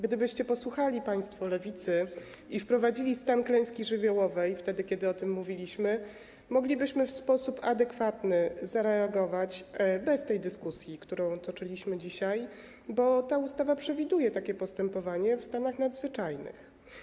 Gdybyście posłuchali państwo Lewicy i wprowadzili stan klęski żywiołowej wtedy, kiedy o tym mówiliśmy, moglibyśmy w sposób adekwatny zareagować, bez tej dyskusji, którą toczyliśmy dzisiaj, bo ta ustawa przewiduje takie postępowanie w stanach nadzwyczajnych.